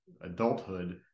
adulthood